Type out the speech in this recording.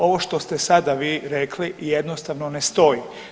Ovo što ste sada vi rekli jednostavno ne stoji.